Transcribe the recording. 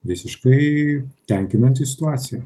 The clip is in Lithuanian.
visiškai tenkinanti situacija